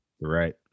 Right